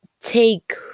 take